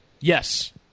Yes